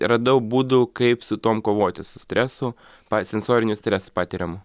radau būdų kaip su tuom kovoti su stresu pa sensoriniu stresu patiriamu